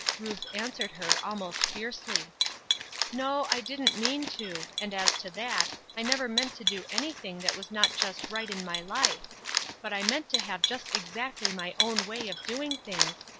ruth answered her almost fiercely no, i didn't mean to and as to that, i never meant to do anything that was not just right in my life but i meant to have just exactly my own way of doing things,